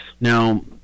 Now